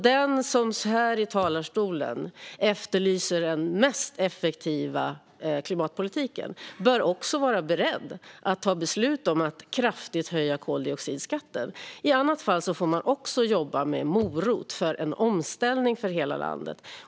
Den som här i talarstolen efterlyser den mest effektiva klimatpolitiken bör därför också vara beredd att ta beslut om att kraftigt höja koldioxidskatterna. I annat fall får man även jobba med morot för en omställning för hela landet.